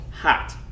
hot